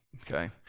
okay